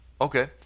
Okay